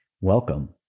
welcome